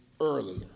earlier